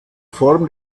form